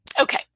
Okay